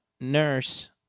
nurse